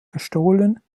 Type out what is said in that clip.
gestohlen